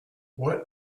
what